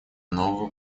нового